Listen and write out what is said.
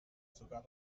sogar